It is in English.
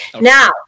now